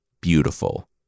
beautiful